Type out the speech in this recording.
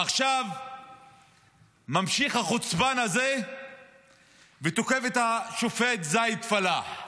ועכשיו ממשיך החוצפן הזה ותוקף את השופט זאיד פלאח,